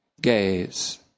gaze